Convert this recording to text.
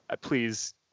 Please